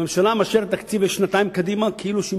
הממשלה מאשרת תקציב לשנתיים קדימה כאילו שהיא